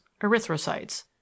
erythrocytes